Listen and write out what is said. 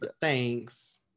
thanks